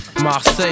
Marseille